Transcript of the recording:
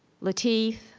lateef,